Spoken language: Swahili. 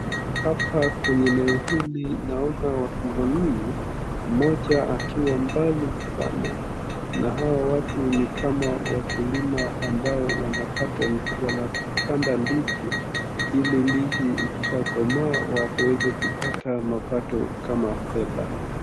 Hapa kwenye eneo hili naona watu wanne. Mmoja akiwa mbali sana. Na hawa watu ni kama wakulima ambao wanapanda ndizi ili ndizi ikishakomaa wakaweze kupata mapato kama fedha.